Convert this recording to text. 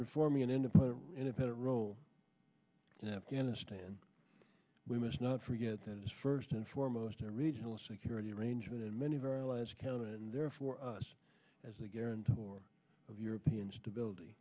performing an independent independent role in afghanistan we must not forget that it is first and foremost a regional security arrangement and many of our allies count and therefore us as a guarantor of european stability